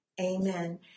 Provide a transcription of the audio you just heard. amen